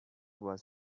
was